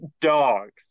dogs